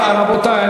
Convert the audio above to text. רבותי,